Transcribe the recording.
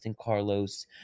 Carlos